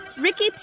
Ricky